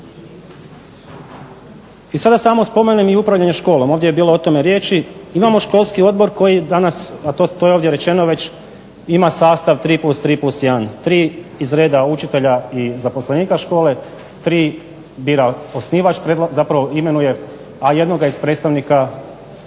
I sada samo da spomenem i upravljanje školom, ovdje je bilo o tome riječi. Imamo školski odbor koji danas, a to je ovdje rečeno već ima sastav 3+3+1. 3 iz reda učitelja i zaposlenika škole, 3 bira osnivač zapravo imenuje, a 1 iz predstavnika